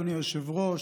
אדוני היושב-ראש,